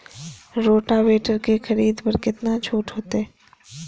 Rotavator के खरीद पर केतना छूट होते?